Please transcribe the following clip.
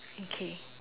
okay